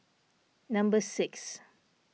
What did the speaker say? number six